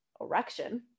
erection